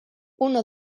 uno